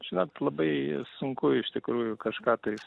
žinot labai sunku iš tikrųjų kažką tais